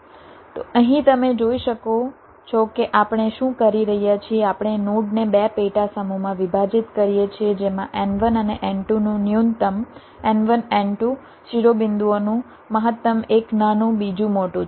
તો અહીં તમે જોઈ શકો છો કે આપણે શું કરી રહ્યા છીએ આપણે નોડને 2 પેટાસમૂહમાં વિભાજીત કરીએ છીએ જેમાં n1 અને n2 નું ન્યૂનતમ n1 n2 શિરોબિંદુઓનું મહત્તમ એક નાનું બીજું મોટું છે